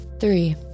three